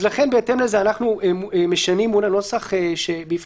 אז לכן בהתאם לזה אנחנו משנים מול הנוסח שבפניכם.